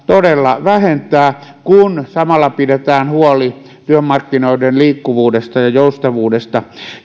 todella vähentää kun samalla pidetään huoli työmarkkinoiden liikkuvuudesta ja joustavuudesta